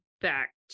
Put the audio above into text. back